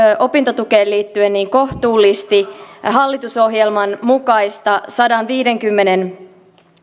opintotukeen liittyen kohtuullisti hallitusohjelman mukaista sadanviidenkymmenen